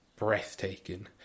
breathtaking